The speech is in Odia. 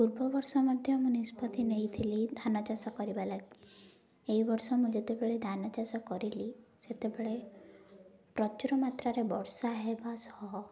ପୂର୍ବ ବର୍ଷ ମଧ୍ୟ ମୁଁ ନିଷ୍ପତ୍ତି ନେଇଥିଲି ଧାନ ଚାଷ କରିବା ଲାଗି ଏଇ ବର୍ଷ ମୁଁ ଯେତେବେଳେ ଧାନ ଚାଷ କରିଲି ସେତେବେଳେ ପ୍ରଚୁର ମାତ୍ରାରେ ବର୍ଷା ହେବା ସହ